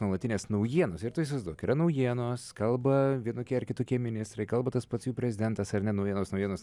nuolatinės naujienos ir tu įsivaizduok yra naujienos kalba vienokie ar kitokie ministrai kalba tas pats jų prezidentas ar ne naujienos naujienos